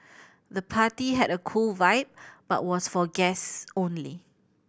the party had a cool vibe but was for guests only